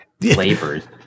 flavors